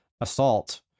assault